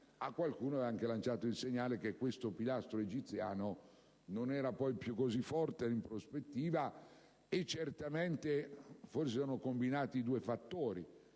a qualcuno aveva anche lanciato il segnale del fatto che questo pilastro egiziano non era poi più così forte in prospettiva. Certamente si sono combinati poi due fattori: